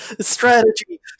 Strategy